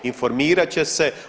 Informirat će se.